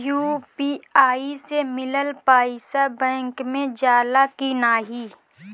UPI से मिलल पईसा बैंक मे जाला की नाहीं?